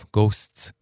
Ghosts